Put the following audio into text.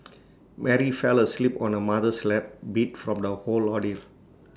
Mary fell asleep on her mother's lap beat from the whole ordeal